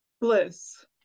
bliss